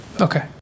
Okay